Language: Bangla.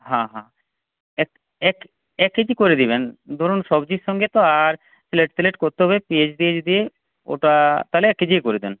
হাঁ হাঁ এক এক এক কেজি করে দেবেন ধরুন সবজির সঙ্গে তো আর প্লেট ফ্লেট করতে হবে পেঁয়াজ টেয়াজ দিয়ে ওটা তাহলে এক কেজিই করে দেন